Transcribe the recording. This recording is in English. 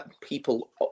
people